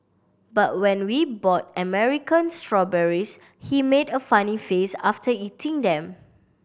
but when we bought American strawberries he made a funny face after eating them